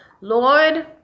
Lord